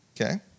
Okay